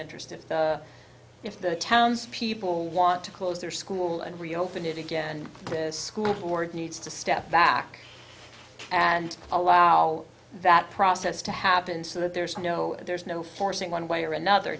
interest and if the townspeople want to close their school and reopen it again this board needs to step back and allow that process to happen so that there's no there's no forcing one way or another